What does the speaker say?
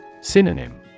Synonym